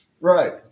Right